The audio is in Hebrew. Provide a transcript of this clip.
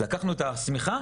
לקחנו את השמיכה,